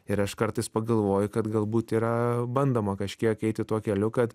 ir aš kartais pagalvoju kad galbūt yra bandoma kažkiek eiti tuo keliu kad